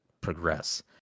progress